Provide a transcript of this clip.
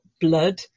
blood